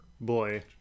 Boy